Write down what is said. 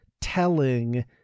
telling